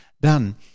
done